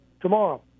tomorrow